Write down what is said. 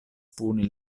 puni